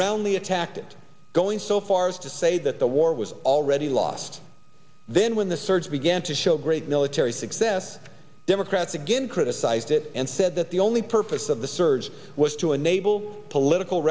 roundly attacked it going so far as to say that the war was already lost then when the surge began to show great military success democrats again criticized it and said that the only purpose of the surge was to enable political